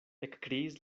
ekkriis